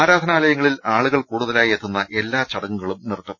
ആരാധനാലയങ്ങളിൽ ആളുകൾ കൂടുതലായി എത്തുന്ന എല്ലാ ചടങ്ങുകളും നിർത്തും